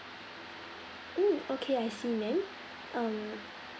mm okay I see ma'am um